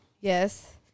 Yes